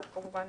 הוא כמובן